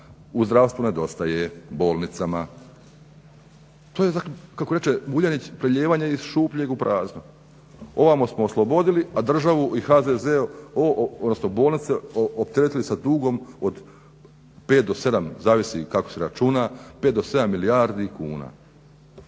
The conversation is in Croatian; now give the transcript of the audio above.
u zdravstvu nedostaje bolnicama. To je kako reče Vuljanić prelijevanje iz šupljeg u prazno. Ovamo smo oslobodili a državu i HZZO odnosno bolnice opteretili sa dugom od 5 do 7 zavisi kako se računa, 5 do 7 milijardi kuna.